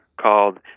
called